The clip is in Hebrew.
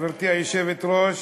גברתי היושבת-ראש,